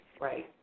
Right